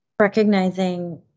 Recognizing